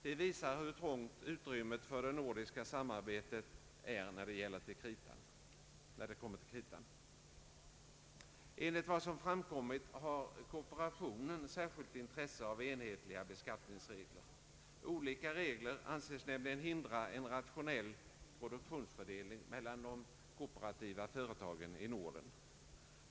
Det visar hur trångt utrymmet är för nordiskt samarbete när det kommer till kritan. Enligt vad som framkommit har kooperationen särskilt intresse av enhetliga beskattningsregler. Olika regler anses nämligen hindra en rationell produktionsfördelning mellan de kooperativa företagen i Norden.